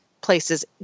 places